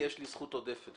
יש לי זכות עודפת.